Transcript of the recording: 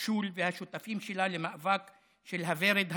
שול והשותפים שלה למאבק של הוורד הלבן,